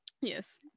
Yes